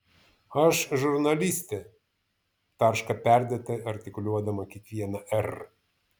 aš žurnalistė tarška perdėtai artikuliuodama kiekvieną r